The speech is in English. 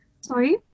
Sorry